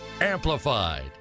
amplified